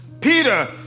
Peter